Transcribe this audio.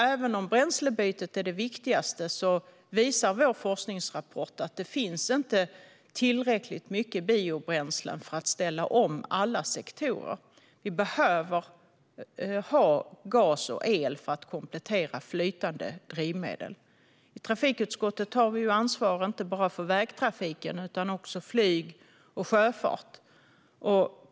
Även om bränslebytet är det viktigaste visar vår forskningsrapport att det inte finns tillräckligt mycket biobränslen för att ställa om alla sektorer. Vi behöver ha gas och el för att komplettera flytande drivmedel. I trafikutskottet har vi ansvar inte bara för vägtrafiken utan också för flyg och sjöfart.